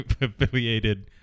affiliated